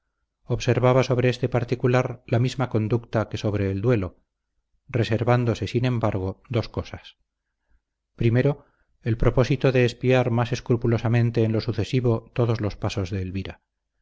observaba sobre este particular la misma conducta que sobre el duelo reservándose sin embargo dos cosas primero el propósito de espiar más escrupulosamente en lo sucesivo todos los pasos de elvira